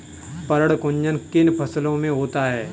पर्ण कुंचन किन फसलों में होता है?